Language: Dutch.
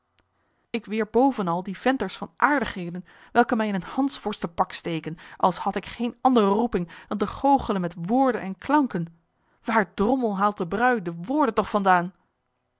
ik weer bovenal die venters van aardigheden welke mij in een hansworstenpak steken als had ik geene andere roeping dan te goochelen met woorden en klanken waar drommel haalt de bruî de woorden toch